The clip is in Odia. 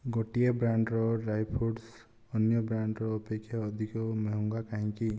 ଗୋଟିଏ ବ୍ରାଣ୍ଡ୍ର ଡ୍ରାଇ ଫ୍ରୁଟ୍ସ ଅନ୍ୟ ବ୍ରାଣ୍ଡ୍ର ଅପେକ୍ଷା ଅଧିକ ମହଙ୍ଗା କାହିଁକି